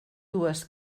dues